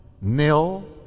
Nil